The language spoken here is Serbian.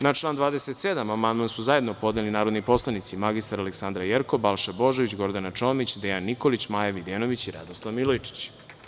Na član 27. amandman su zajedno podneli narodni poslanici mr Aleksandra Jerkov, Balša Božović, Gordana Čomić, Dejan Nikolić, Maja Videnović i Radoslav Milojičić.